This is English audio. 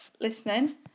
listening